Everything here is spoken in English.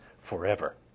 forever